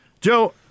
Joe